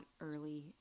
early